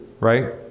right